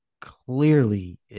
clearly